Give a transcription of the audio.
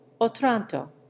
Otranto